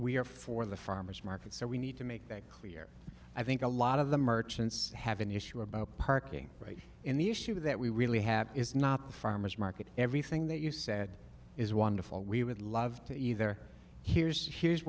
we are for the farmers market so we need to make that clear i think a lot of the merchants have an issue about parking right in the issue that we really have is not the farmer's market everything that you said is wonderful we would love to either here's here's